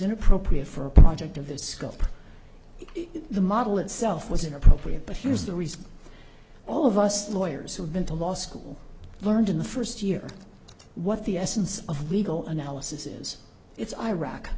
inappropriate for a project of this scope the model itself was inappropriate but here is the reason all of us the lawyers who've been to law school learned in the first year what the essence of legal analysis is it's iraq